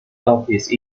office